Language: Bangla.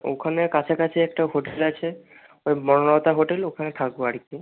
ওখানে কাছাকাছি একটা হোটেল আছে ওই বনলতা হোটেল ওখানে থাকব আর কি